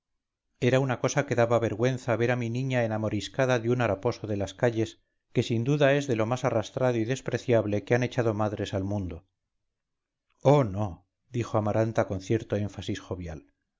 era una cosa que daba vergüenza ver a mi niña enamoriscada de un haraposo de las calles que sin duda es de lo más arrastrado y despreciable que han echado madres al mundo oh no dijo amaranta con cierto énfasis jovial